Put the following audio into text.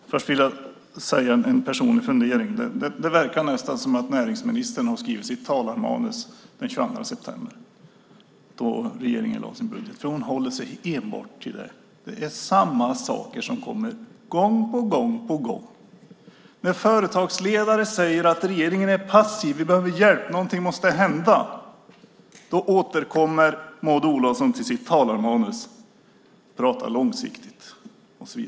Fru talman! Det verkar nästan som att näringsministern skrev sitt manus den 22 september då regeringen lade fram sin budget. Hon håller sig enbart till det. Det är samma saker som kommer gång på gång. När företagsledare säger att regeringen är passiv, att man behöver hjälp och att något måste hända återkommer Maud Olofsson till sitt manus och talar om långsiktighet och så vidare.